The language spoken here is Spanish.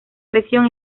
presión